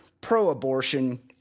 pro-abortion